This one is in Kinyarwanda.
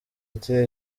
ati